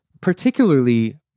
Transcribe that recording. particularly